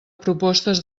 propostes